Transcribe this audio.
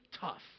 tough